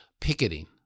picketing